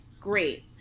great